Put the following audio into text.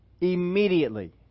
Immediately